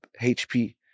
HP